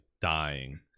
dying